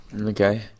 Okay